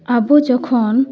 ᱟᱵᱳ ᱡᱚᱠᱷᱚᱱ